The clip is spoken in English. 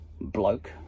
bloke